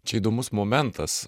čia įdomus momentas